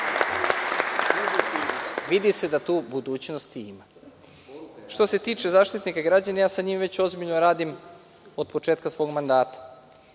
Vidi se da tu budućnosti ima. Što se tiče Zaštitnika građana, ja sa njim već ozbiljno radim od početka svog mandata.